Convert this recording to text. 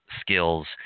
skills